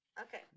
Okay